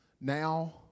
Now